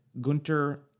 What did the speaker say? Gunter